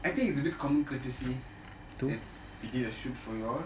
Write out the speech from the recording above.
I think you you have come courtesy that we did a shoot for you all